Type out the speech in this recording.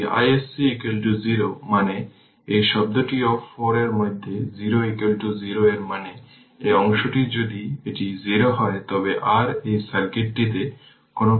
সুতরাং i L 0 প্রাথমিকভাবে এটি 2 অ্যাম্পিয়ার হবে কারণ এটি একটি শর্ট সার্কিট হিসাবে কাজ করছে কারণ সুইচটি দীর্ঘদিন ক্লোজ থাকার পরে এটি ওপেন করা হয়েছিল